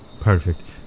Perfect